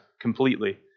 completely